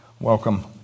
welcome